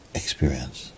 experience